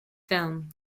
film